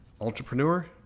Entrepreneur